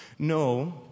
No